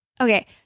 Okay